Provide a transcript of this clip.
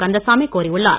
கந்தசாமி கோரியுள்ளார்